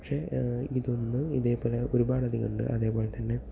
പക്ഷെ ഇതൊന്ന് ഇതേപോലെ ഒരുപാധികം ഉണ്ട് അതേപോലെതന്നെ